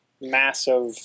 massive